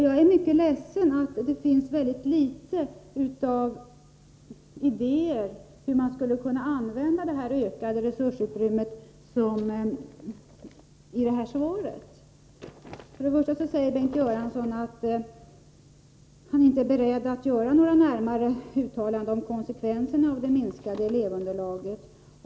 Jag är mycket ledsen att det finns så litet av idéer om hur man skulle kunna använda det ökade resursutrymme som det talas om i detta svar. För det första säger Bengt Göransson att han inte är ”beredd att göra några närmare uttalanden om konsekvenserna av det minskande elevunderlaget”.